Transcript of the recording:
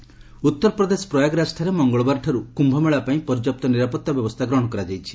କୁମ୍ଭମେଳା ଉତ୍ତରପ୍ରଦେଶ ପ୍ରୟାଗରାଜଠାରେ ମଙ୍ଗଳବାରଠାରୁ କ୍ୟୁମେଳା ପାଇଁ ପର୍ଯ୍ୟାପ୍ତ ନିରାପତ୍ତା ବ୍ୟବସ୍ଥା ଗ୍ରହଣ କରାଯାଇଛି